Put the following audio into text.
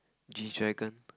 G dragon